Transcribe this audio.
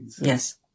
Yes